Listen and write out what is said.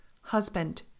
husband